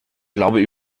glauben